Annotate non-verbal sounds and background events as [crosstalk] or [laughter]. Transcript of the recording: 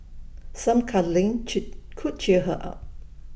some cuddling [unintelligible] could cheer her up